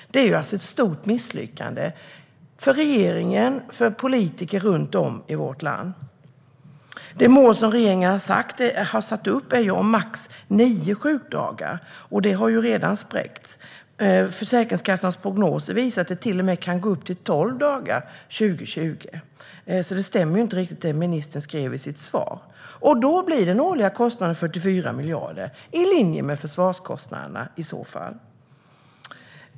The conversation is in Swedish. Det är ett stort misslyckande för regeringen och för politiker runt om i vårt land. Det mål som regeringen har satt upp är på max nio sjukdagar, och det har ju redan spräckts. Försäkringskassans prognoser visar att det till och med kan gå upp till tolv dagar 2020, så det ministern skrev i sitt svar stämmer inte riktigt. Då blir den årliga kostnaden 44 miljarder, i linje med försvarskostnaderna.